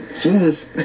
jesus